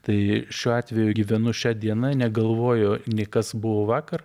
tai šiuo atveju gyvenu šia diena negalvoju nei kas buvo vakar